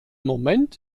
moment